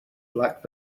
black